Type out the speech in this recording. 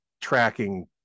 tracking